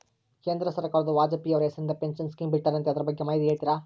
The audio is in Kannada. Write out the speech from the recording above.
ಕೇಂದ್ರ ಸರ್ಕಾರದವರು ವಾಜಪೇಯಿ ಅವರ ಹೆಸರಿಂದ ಪೆನ್ಶನ್ ಸ್ಕೇಮ್ ಬಿಟ್ಟಾರಂತೆ ಅದರ ಬಗ್ಗೆ ಮಾಹಿತಿ ಹೇಳ್ತೇರಾ?